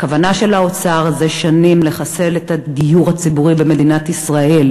הכוונה של האוצר זה שנים לחסל את הדיור הציבורי במדינת ישראל,